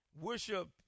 Worship